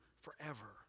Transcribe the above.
forever